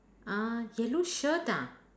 uh yellow shirt ah